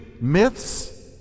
myths